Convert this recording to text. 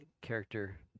character